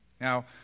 Now